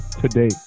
today